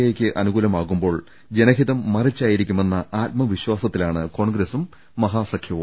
എക്ക് അനു കൂലമാകുമ്പോൾ ജനഹിതം മറിച്ചായിരിക്കുമെന്ന ആത്മവിശ്വാസത്തിലാണ് കോൺഗ്രസും മഹാസഖ്യവും